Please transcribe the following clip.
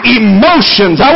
emotions